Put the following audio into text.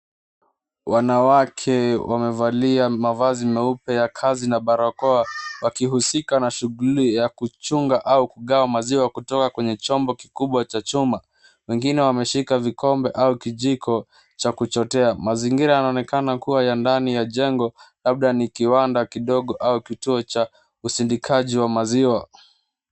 Wanawake wamevalia mavazi meupe ya kazi na barakoa, wakihusika na shughuli ya kuchunga au kugawa maziwa kutoka kwenye chombo kikubwa cha chuma. Wengine wameshika vikombe au vijiko cha kuchotea. Mazingira yanaonekana kuwa ya ndani ya jengo, labda ni kiwanda kidogo au kituo cha usindikaji wa maziwa.